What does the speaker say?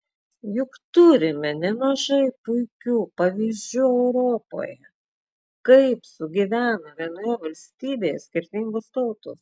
juk turime nemažai puikių pavyzdžių europoje kaip sugyvena vienoje valstybėje skirtingos tautos